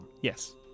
Yes